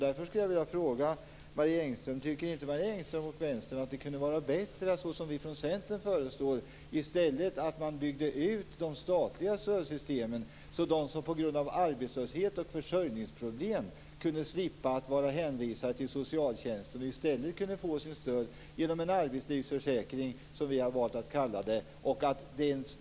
Tycker inte Marie Engström och Vänstern att det kunde vara bättre att i stället, som vi i Centern föreslår, bygga ut de statliga stödsystemen så att de som på grund av arbetslöshet och försörjningsproblem är hänvisade till socialtjänsten kunde slippa det? I stället kunde de få stöd genom en, som vi har valt att kalla detta för, arbetslivförsäkring.